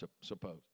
suppose